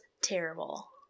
terrible